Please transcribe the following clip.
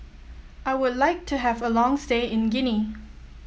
I would like to have a long stay in Guinea